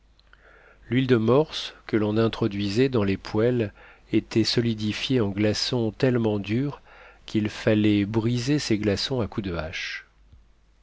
l'huile de morse que l'on introduisait dans les poêles était solidifiée en glaçons tellement durs qu'il fallait briser ces glaçons à coups de hache